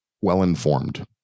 Well-informed